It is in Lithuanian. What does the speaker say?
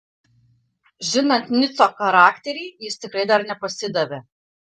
žinant nico charakterį jis tikrai dar nepasidavė